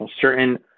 certain